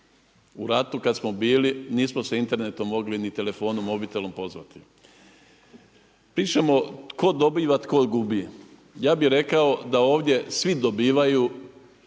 U ratu kad smo bili nismo se internetom mogli ni telefonom, mobitelom pozvati. Pričamo tko dobiva, tko gubi. Ja bih rekao da ovdje svi dobivaju,